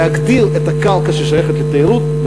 להגדיר את הקרקע ששייכת לתיירות,